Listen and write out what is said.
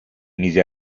mise